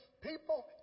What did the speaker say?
people